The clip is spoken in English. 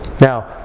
Now